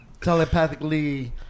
telepathically